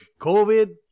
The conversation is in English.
COVID